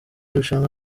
rushanwa